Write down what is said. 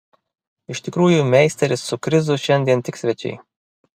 iš tikrųjų meisteris su krizu šiandien tik svečiai